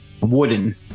wooden